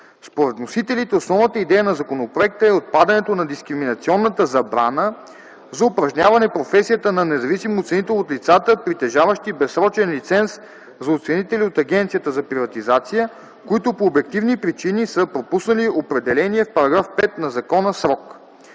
Според вносителите основната идея на законопроекта е отпадането на дискриминационната забрана за упражняване професията на независим оценител от лицата, притежаващи безсрочен лиценз за оценители от Агенцията за приватизация, които по обективни причини са пропуснали определения в § 5 на закона срок.